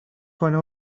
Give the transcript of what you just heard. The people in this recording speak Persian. کنه